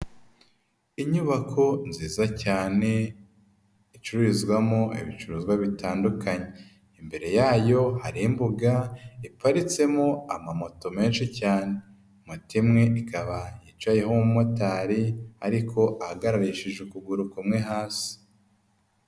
Inyubako nziza cyane icururizwamo ibicuruzwa bitandukanye, imbere yayo hari imbuga iparitsemo amamoto menshi cyane, moto imwe ikaba yicayeho umumotari ariko ahagararishije ukuguru kumwe hasi.